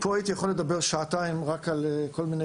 פה הייתי יכול לדבר שעתיים על כל מיני